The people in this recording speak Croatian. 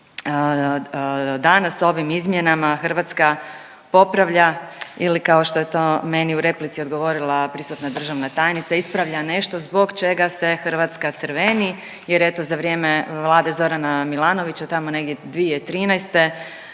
mijenja. Danas ovim izmjenama Hrvatska popravlja ili kao što je to meni u replici odgovorila prisutna državna tajnica, ispravlja nešto zbog čega se Hrvatska crveni jer, eto, za vrijeme vlade Zorana Milanovića, tamo negdje 2013.